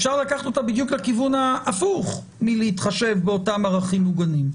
אפשר לקחת אותה לכיוון ההפוך בדיוק מלהתחשב באותם ערכים מוגנים.